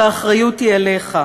והאחריות היא עליך.